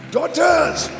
Daughters